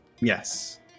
yes